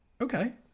Okay